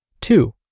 Two